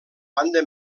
banda